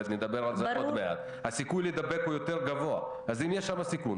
ארגון בזכות, נעמה לרנר, בבקשה, בשתי דקות.